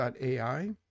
AI